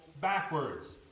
backwards